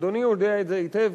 ואדוני יודע את זה היטב,